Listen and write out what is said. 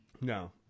No